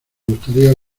gustaría